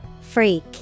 Freak